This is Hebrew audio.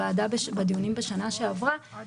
דיונים בהיוועדות חזותית בהשתתפות עצורים,